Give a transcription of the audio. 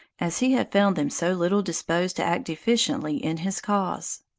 as he had found them so little disposed to act efficiently in his cause.